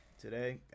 today